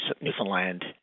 Newfoundland